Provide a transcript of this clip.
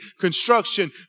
construction